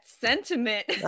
sentiment